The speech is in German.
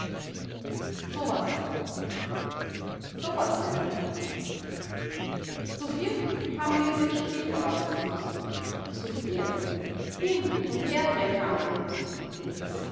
so was so was mein lieber zu viert haben wir ihm den stiefel rauszieh'n müssen zu viert hin und herdrehen haben wir ihn müssen du